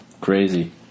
crazy